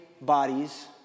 bodies